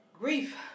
grief